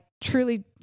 truly